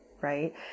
right